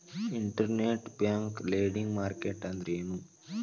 Internet bank lending market ಅಂದ್ರೇನು?